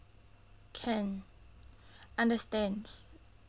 can understand